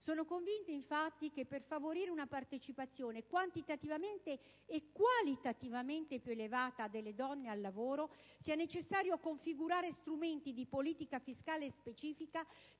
Sono convinta, infatti, che per favorire una partecipazione quantitativamente e qualitativamente più elevata delle donne al lavoro sia necessario configurare strumenti di politica fiscale specifica